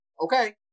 okay